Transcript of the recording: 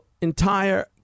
entire